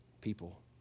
people